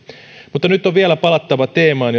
mutta nyt on vielä palattava teemaan